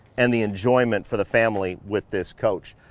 and the enjoyment for the family with this coach.